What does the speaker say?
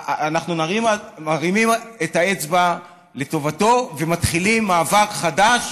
אנחנו מרימים את האצבע לטובתו ומתחילים מאבק חדש